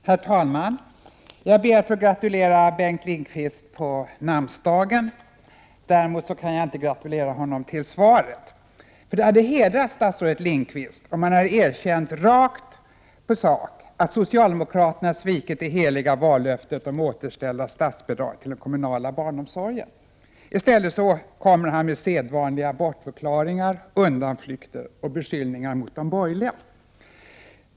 Herr talman! Jag ber att få gratulera Bengt Lindqvist på hans namnsdag. Däremot kan jag inte gratulera honom till svaret. Det hade hedrat statsrådet Lindqvist om han erkänt rakt på sak att socialdemokraterna svikit det heliga vallöftet om återställda statsbidrag till den kommunala barnomsorgen. I stället kommer han med sedvanliga bortförklaringar, undanflykter och beskyllningar mot de borgerliga.